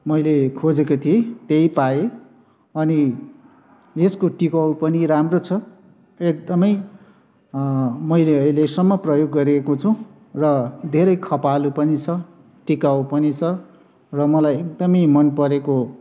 मैले खोजेको थिएँ त्यही पाएँ अनि यसको टिकाउ पनि राम्रो छ एकदमै मैले अहिलेसम्म प्रयोग गरेको छु र धेरै खपालु पनि छ टिकाउ पनि छ र मलाई एकदमै मन परेको